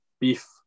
beef